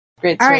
Great